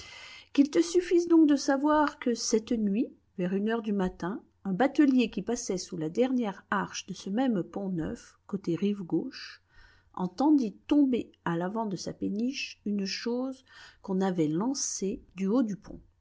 qu'il te suffise donc de savoir que cette nuit vers une heure du matin un batelier qui passait sous la dernière arche de ce même pont-neuf côté rive gauche entendit tomber à l'avant de sa péniche une chose qu'on avait lancée du haut du pont